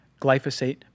glyphosate